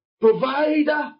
provider